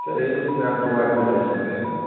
sir एक room में आप दो आदमी रह सकते हैं